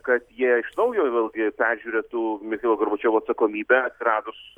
kad jie iš naujo vėlgi peržiūrėtų michailo gorbačiovo atsakomybę atsiradus